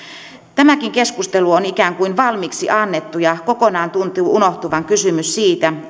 tämäkin keskustelu on ikään kuin valmiiksi annettu ja kokonaan tuntuu unohtuvan kysymys siitä